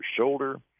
shoulder